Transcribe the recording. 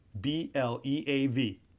B-L-E-A-V